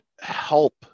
help